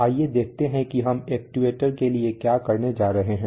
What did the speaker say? आइए देखते हैं कि हम एक्ट्यूएटर्स के लिए क्या करने जा रहे हैं